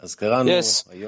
yes